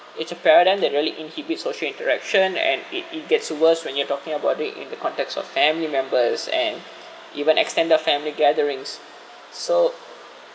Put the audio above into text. it's a paradigm than really inhibits social interaction and it it gets worse when you're talking about it in the context of family members and even extended family gatherings so